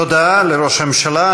תודה לראש הממשלה.